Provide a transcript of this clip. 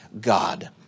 God